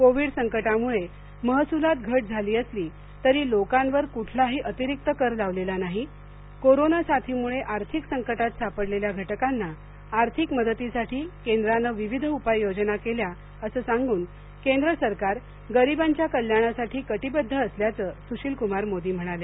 Covid संकटामुळे महसुलात घट झाली असली तरी लोकांवर कुठलाही अतिरिक्त कर लावलेला नाही कोरोना साथीमुळे आर्थिक संकटात सापडलेल्या घटकांना आर्थिक मदतीसाठी केंद्रानं विविध उपाय योजना केल्या असं सांगून केंद्र सरकार गरीबांच्या कल्याणासाठी कटिबद्ध असल्याचं सुशील कुमार मोदी म्हणाले